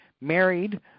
married